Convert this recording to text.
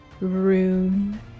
Rune